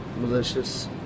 malicious